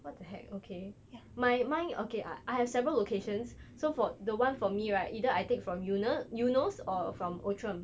what the heck okay my mind okay I I have several locations so for the one for me right either I take from eunos eunos or from outram